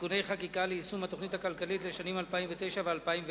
(תיקוני חקיקה ליישום התוכנית הכלכלית לשנים 2009 ו-2010),